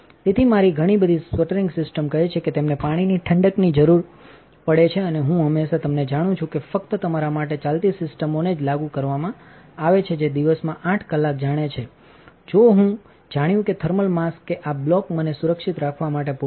તેથી ઘણી બધી સ્પટરિંગ સિસ્ટમ્સ કહે છે કે તેમને પાણીની ઠંડકની જરૂર પડે છે અને હું હંમેશાં તમને જાણું છું કે ફક્ત તમારા માટે ચાલતી સિસ્ટમોને જ લાગુ કરવામાં આવે છે જે દિવસમાં 8 કલાક જાણે છે હું જાણ્યું કે થર્મલ માસ કે આ બ્લોક મને સુરક્ષિત રાખવા માટે પૂરતો હશે